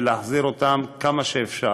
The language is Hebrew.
ולהחזיר אותם כמה שאפשר,